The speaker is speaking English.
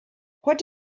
what